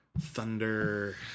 thunder